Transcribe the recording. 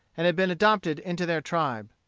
and had been adopted into their tribe.